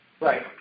Right